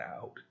out